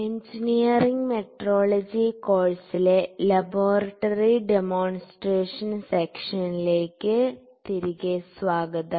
engineering metrology കോഴ്സിലെ laboratory demonstration സെഷനിലേക്ക് തിരികെ സ്വാഗതം